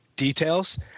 details